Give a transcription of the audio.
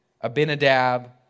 Abinadab